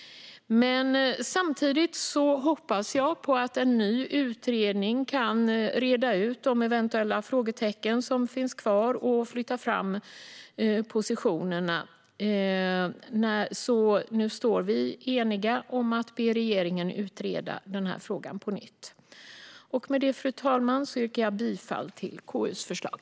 Men samtidigt hoppas jag att en ny utredning kan reda ut de eventuella frågetecken som finns kvar och flytta fram positionerna. Nu står vi eniga om att be regeringen att utreda frågan på nytt. Med detta yrkar jag bifall till KU:s förslag.